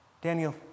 Daniel